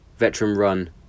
veteran-run